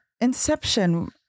Inception